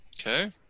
Okay